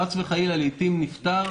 וחס וחלילה לעתים הוא נפטר.